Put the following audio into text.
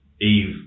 Eve